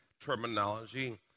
terminology